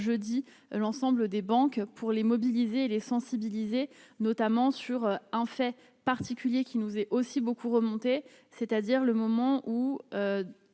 jeudi l'ensemble des banques pour les mobiliser, les sensibiliser notamment sur en fait particulier qui nous est aussi beaucoup remonté, c'est-à-dire le moment où